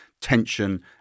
tension